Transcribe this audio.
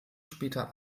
später